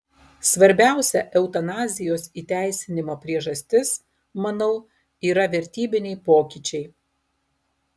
svarbiausia eutanazijos įteisinimo priežastis manau yra vertybiniai pokyčiai